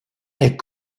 est